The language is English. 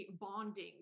bonding